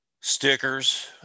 stickers